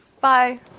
Bye